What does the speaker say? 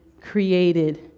created